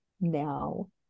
Now